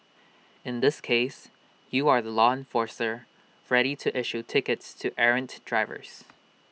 in this case you are the law enforcer ready to issue tickets to errant drivers